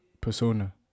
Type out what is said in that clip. persona